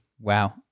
Wow